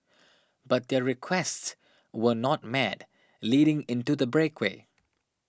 but their requests were not met leading into the breakaway